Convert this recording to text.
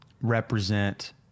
represent